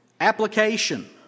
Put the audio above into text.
application